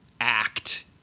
act